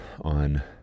on